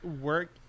Work –